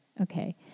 Okay